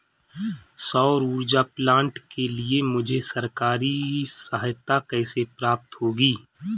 सौर ऊर्जा प्लांट के लिए मुझे सरकारी सहायता कैसे प्राप्त होगी?